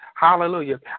Hallelujah